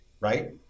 right